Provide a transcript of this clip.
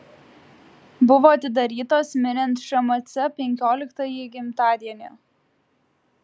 buvo atidarytos minint šmc penkioliktąjį gimtadienį